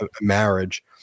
marriage